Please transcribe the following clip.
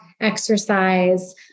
exercise